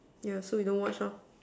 yeah so we don't watch lor